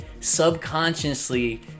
subconsciously